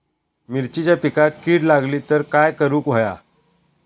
मिरचीच्या पिकांक कीड लागली तर काय करुक होया?